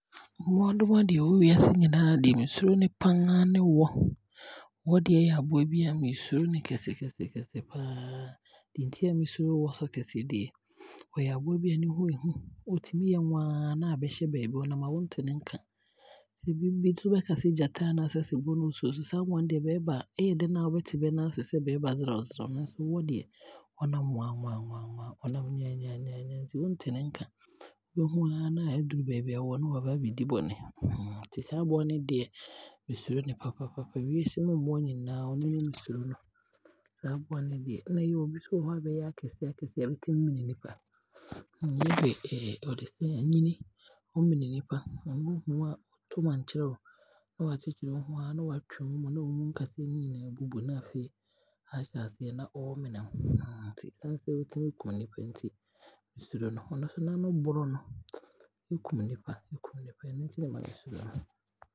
Mmoadoma a bɛwɔ wiase no nea mesuro kɛse paa ne wɔ. Wɔ deɛ yɛ aboa bi a mesuro no kɛse kɛse kɛse paa. Deɛ nti a mesuro wɔ kɛse paa die, ɔyɛ aboa bi a ne ho yɛ hu, ɔtumi yɛ nwaa na aabɛhyɛ baabi, ɔnam a wonte ne nka. Bionom nso bɛkasɛ gyata anaa sɛ ɔsebɔ ne ɔmo suru no nanso saa mmoa no deɛ, bɛɛba a ɛyɛ dɛn aa wobɛte bɛnka sɛ bɛɛba sram sram nanso wɔ deɛ ɔnam a nwaa nwaa nyaa nyaa nti wonte ne nka, wobɛhunu aa na waa duru baabi a wo wɔ no na waaba aabɛdi bɔne nti saa aboa no deɛ mesuro no papaapa. Wiase mu mmoa nyinaa ɔno ne me suro no, saa mmoa no deɛ, ɛbi nso wɔ hɔ a bɛyɛ akɛseɛ akɛseɛ a bɛtumi mene nnipa, yɛhwɛ ɔde sɛn ɔnini a, ɔmene nnipa, ɔhunu wo a, ɔto mankyere wo na waakyekyere wo aa na waatwe wo mu aama wo nkasɛe nyinaa aabubu, na afei waahyɛ aseɛ na ɔɔmene wo nti ɛsiane sɛ ɔtumi kum nnipa nti na me suro no. Ɔno nso n'ano brɔ no, ɛkum nnipa, ɛkum nnipa ɛno nti na ɛma me suro no no.